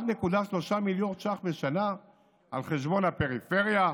1.3 מיליארד שקלים בשנה על חשבון הפריפריה,